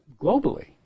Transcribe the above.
globally